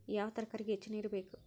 ಯಾವ ತರಕಾರಿಗೆ ಹೆಚ್ಚು ನೇರು ಬೇಕು?